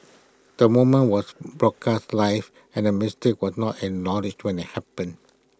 the moment was broadcast live and the mistake was not acknowledged when IT happened